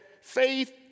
faith